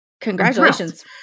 Congratulations